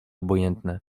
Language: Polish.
obojętne